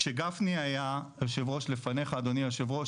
כשגפני היה היו"ר לפניך אדוני היו"ר,